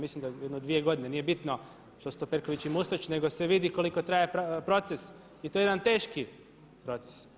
Mislim da jedno dvije godine, nije bitno što su to Perković i Mustač, nego se vidi kliko traje proces i to jedan teški proces.